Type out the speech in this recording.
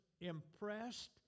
impressed